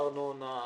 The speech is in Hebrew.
לשלם ארנונה,